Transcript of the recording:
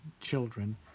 children